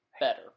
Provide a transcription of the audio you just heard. better